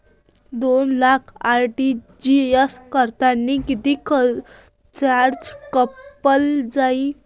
दोन लाख आर.टी.जी.एस करतांनी कितीक चार्ज कापला जाईन?